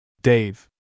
Dave